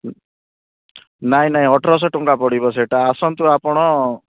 ନାଇଁ ନାଇଁ ଅଠର ଶହ ଟଙ୍କା ପଡ଼ିବ ସେଇଟା ଆସନ୍ତୁ ଆପଣ